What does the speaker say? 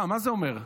מה זה אומר?